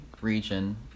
region